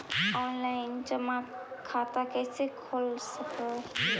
Online जमा खाता कैसे खोल सक हिय?